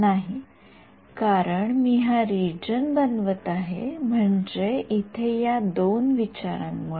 विद्यार्थीः नाही कारण मी हा रिजन बनवत आहे म्हणजे येथे या दोन विचारांमुळे